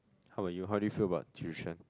how about you how do you feel about tuition